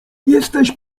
jesteś